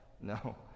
No